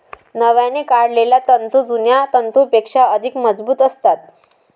नव्याने काढलेले तंतू जुन्या तंतूंपेक्षा अधिक मजबूत असतात